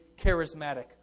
charismatic